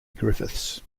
griffiths